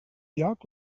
lloc